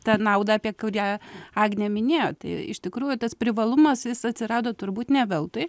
tą naudą apie kurią agne minėjot iš tikrųjų tas privalumas jis atsirado turbūt ne veltui